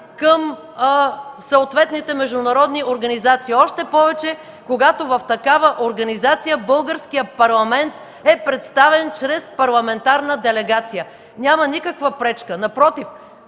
към съответните международни организации, още повече когато в такава организация Българският парламент е представен чрез парламентарна делегация. Няма никаква пречка. Напротив,